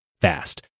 fast